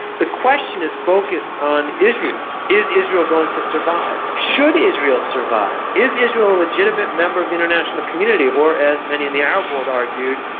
the question is focused on israel is israel going to survive? should israel survive? is israel a legitimate member of the international community or as many in the arab world argued,